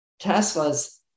Tesla's